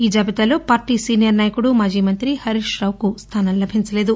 ఈ జాబితాలో party senior నాయకుడు మాజీమంతి హరీష్రావుకు స్థానం లభించలేదు